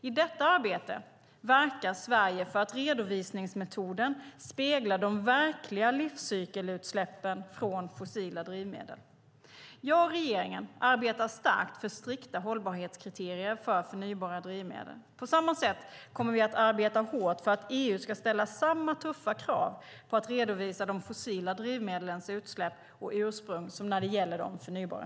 I detta arbete verkar Sverige för att redovisningsmetoden ska spegla de verkliga livscykelsutsläppen från fossila drivmedel. Jag och regeringen arbetar starkt för strikta hållbarhetskriterier för förnybara drivmedel. På samma sätt kommer vi att arbeta hårt för att EU ska ställa samma tuffa krav på att redovisa de fossila drivmedlens utsläpp och ursprung som när det gäller de förnybara.